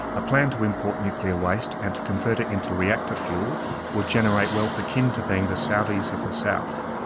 a plan to import nuclear waste and to convert it into reactor fuel would generate wealth akin to being the saudis of the south.